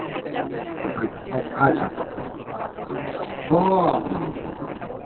ᱟᱪᱪᱷᱟ ᱟᱪᱪᱷᱟ ᱚ ᱦᱚᱸ